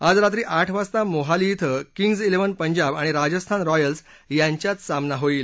आज रात्री आठ वाजता मोहाली थिं किंग्ज जिव्हन पंजाब आणि राजस्थान रॉयल्स यांच्यात सामना होईल